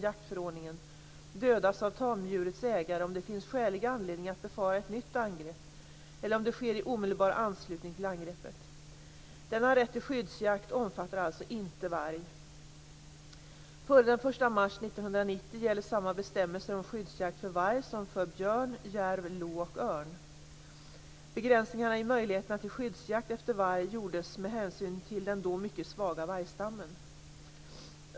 jaktförordningen dödas av tamdjurets ägare, om det finns skälig anledning att befara ett nytt angrepp och om det sker i omedelbar anslutning till angreppet. Denna rätt till skyddsjakt omfattar alltså inte varg. Före den 1 mars 1990 gällde samma bestämmelser om skyddsjakt för varg som för björn, järv, lo och örn. Begränsningarna i möjligheterna till skyddsjakt efter varg gjordes med hänsyn till den då mycket svaga vargstammen.